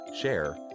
share